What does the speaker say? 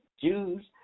Jews